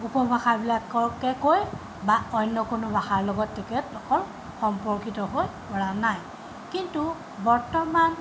উপভাষাবিলাককে কৈ বা অন্য কোনো ভাষাৰ লগত তেখেতলোকৰ সম্পৰ্কিত হৈ পৰা নাই কিন্তু বৰ্তমান